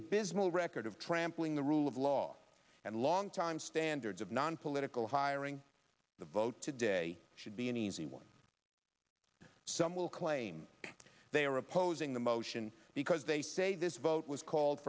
abysmal record of trampling the rule of law and long time standards of nonpolitical hiring the vote today should be an easy one some will claim they are opposing the motion because they say this vote was called